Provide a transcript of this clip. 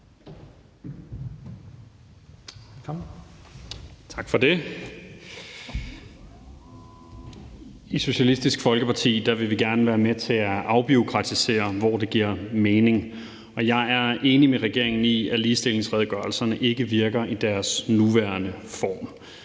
I Socialistisk Folkeparti vil vi gerne være med til at afbureaukratisere, hvor det giver mening. Jeg er enig med regeringen i, at ligestillingsredegørelserne ikke virker i deres nuværende form.